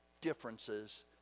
differences